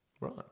Right